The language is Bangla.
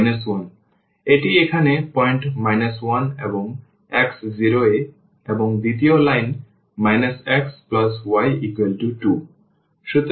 সুতরাং এটি এখানে পয়েন্ট 1 এবং x 0 এ এবং দ্বিতীয় লাইন xy2